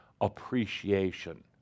appreciation